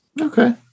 Okay